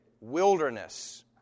wilderness